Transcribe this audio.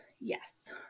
Yes